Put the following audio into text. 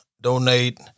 donate